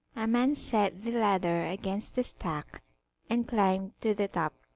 a man set the ladder against the stack and climbed to the top.